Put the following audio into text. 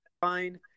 fine